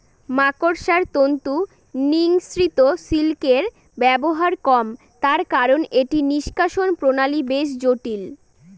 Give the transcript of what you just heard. মাকড়সার তন্তু নিঃসৃত সিল্কের ব্যবহার কম তার কারন এটি নিঃষ্কাষণ প্রণালী বেশ জটিল